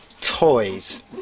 toys